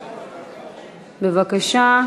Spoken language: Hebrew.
בבקשה.